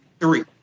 Three